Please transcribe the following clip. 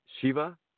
Shiva